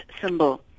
symbol